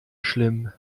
schlimm